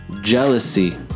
jealousy